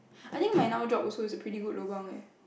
I think my now job also is a pretty good lobang eh